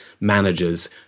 Managers